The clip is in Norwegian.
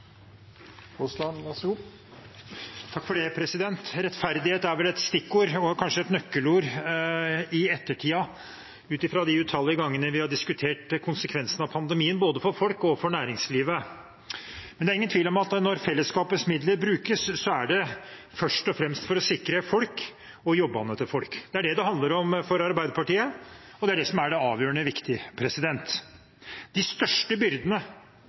sitt nøkkelpersonell. Så hører jeg at representanter for regjeringen sier at barn og unge er rammet, og at nå skal vi ta vare på deres psykiske helse. Ja, da må barnehageansatte og lærere få komme på skolen. Rettferdighet er vel et stikkord og kanskje et nøkkelord i ettertiden ut fra de utallige gangene vi har diskutert konsekvensene av pandemien både for folk og for næringslivet. Men det er ingen tvil om at når fellesskapets midler brukes, er det først og fremst for å sikre folk og jobbene til folk. Det er det